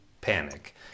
Panic